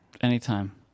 Anytime